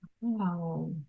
Wow